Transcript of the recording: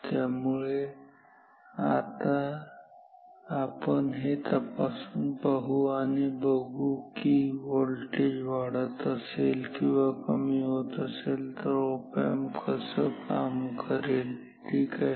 त्यामुळे आता पण हे तपासून पाहू आणि बघू की जर व्होल्टेज वाढत असेल किंवा कमी होत असेल तर ऑप एम्प कसं काम करेल ठीक आहे